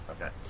Okay